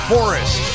Forest